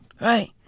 Right